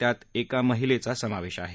त्यात एका महिलेचा समावेश आहे